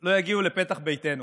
לא יגיעו לפתח ביתנו.